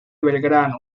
belgrano